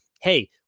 hey